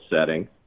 setting